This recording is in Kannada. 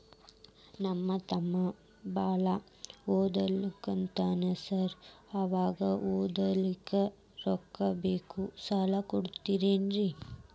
ನಮ್ಮ ತಮ್ಮ ಬಾಳ ಓದಾಕತ್ತನ ಸಾರ್ ಅವಂಗ ಓದ್ಲಿಕ್ಕೆ ರೊಕ್ಕ ಬೇಕು ಸಾಲ ಕೊಡ್ತೇರಿ?